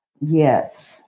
Yes